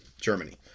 Germany